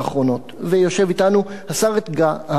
יושב אתנו השר ארדן.